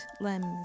limbs